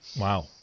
Wow